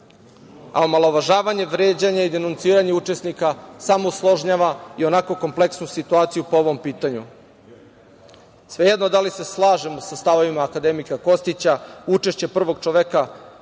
a omalovažavanje, vređanje učesnika samo usložnjava ionako kompleksnu situaciju po ovom pitanju. Svejedno da li se slažemo sa stavovima akademika Kostića, učešće prvog čoveka